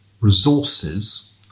resources